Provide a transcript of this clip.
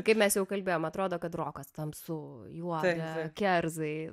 kaip mes jau kalbėjom atrodo kad rokas tamsu juoda kerzai